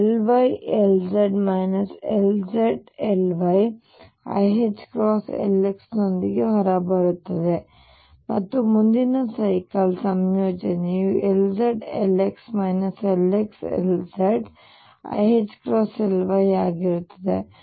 ಆದ್ದರಿಂದ Ly Lz Lz Ly iℏLx ನೊಂದಿಗೆ ಹೊರಬರುತ್ತದೆ ಮತ್ತು ಮುಂದಿನ ಸೈಕಲ್ ಸಂಯೋಜನೆಯು Lz Lx Lx Lz iℏLy ಆಗಿರುತ್ತದೆ